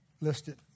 listed